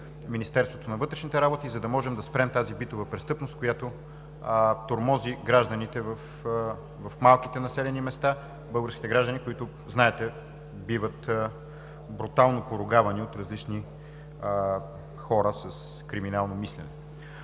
Министерството на вътрешните работи, за да можем да спрем битовата престъпност, която тормози гражданите в малките населени места, знаете, българските граждани, които биват брутално поругавани от различни хора с криминално мислене.